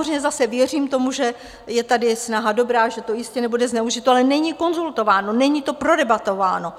Já samozřejmě zase věřím tomu, že je tady snaha dobrá, že to jistě nebude zneužito, ale není to konzultováno, není to prodebatováno.